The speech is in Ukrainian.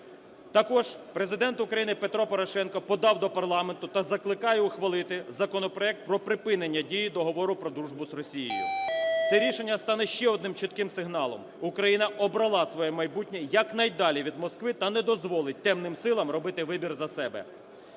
Також Президент України Петро Порошенко подав до парламенту та закликає ухвалити законопроект про припинення дії Договору про дружбу з Росією. Це рішення стане ще одним чітким сигналом: Україна обрала своє майбутнє якнайдалі від Москви та не дозволить темним силам робити вибір за себе.